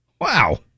Wow